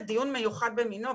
זה דיון מיוחד במינו.